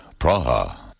Praha